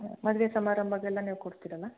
ಹ್ಞೂ ಮದುವೆ ಸಮಾರಂಭಗೆಲ್ಲ ನೀವು ಕೊಡ್ತೀರಲ್ಲಾ